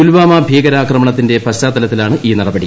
പുൽവാമ ഭീകരാക്രമണ ത്തിന്റെ പശ്ചാത്തലത്തിലാണ് നടപടി